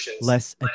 less